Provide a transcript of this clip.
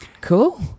Cool